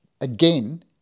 again